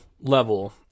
level